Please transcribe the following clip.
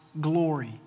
glory